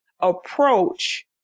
approach